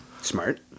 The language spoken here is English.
Smart